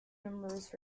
numerous